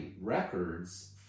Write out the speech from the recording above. records